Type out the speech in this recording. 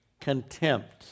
contempt